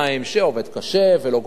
שעובד קשה ולא גומר את החודש,